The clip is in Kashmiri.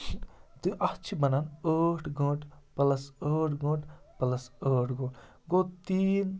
تہٕ اَتھ چھِ بَنان ٲٹھ گٲنٛٹہٕ پٕلَس ٲٹھ گٲنٛٹہٕ پٕلَس ٲٹھ گٲنٛٹ گوٚو تین